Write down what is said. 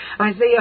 Isaiah